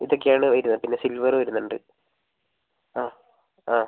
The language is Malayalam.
ഇതൊക്കെയാണ് വരുന്നത് പിന്നെ സിൽവർ വരുന്നുണ്ട് ആ ആ